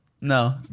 No